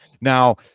Now